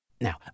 Now